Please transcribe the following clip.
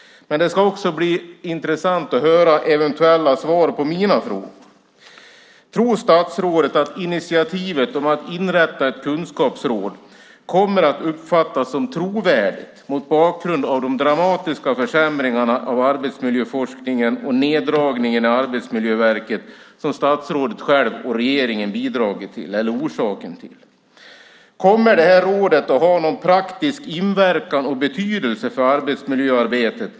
Det ska också bli intressant att höra eventuella svar på mina frågor. Tror statsrådet att initiativet att inrätta ett kunskapsråd kommer att uppfattas som trovärdigt mot bakgrund av de dramatiska försämringarna av arbetsmiljöforskningen och den neddragning i Arbetsmiljöverket som statsrådet och regeringen själv är orsaken till? Kommer det här rådet att ha någon praktisk inverkan på och betydelse för arbetsmiljöarbetet?